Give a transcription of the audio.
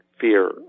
fear